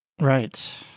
Right